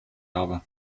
habe